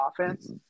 offense